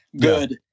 good